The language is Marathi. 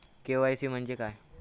के.वाय.सी म्हणजे काय?